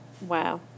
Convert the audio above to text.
Wow